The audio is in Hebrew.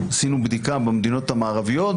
עשינו בדיקה במדינות המערביות,